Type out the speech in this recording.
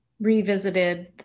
revisited